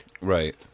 Right